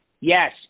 Yes